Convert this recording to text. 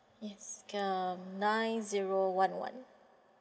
yes um nine zero one one